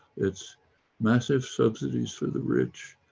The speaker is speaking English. its massive subsidies for the rich,